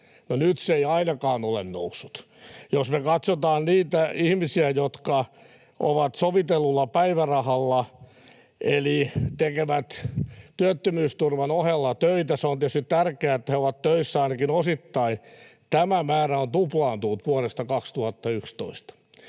nyt se ei ainakaan ole noussut. Jos me katsotaan niitä ihmisiä, jotka ovat sovitellulla päivärahalla eli tekevät työttömyysturvan ohella töitä — se on tietysti tärkeää, että he ovat töissä ainakin osittain — niin tämä määrä on tuplaantunut vuodesta 2011.